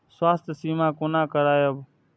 स्वास्थ्य सीमा कोना करायब?